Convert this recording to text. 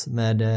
med